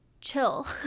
chill